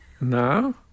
No